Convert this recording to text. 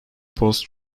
post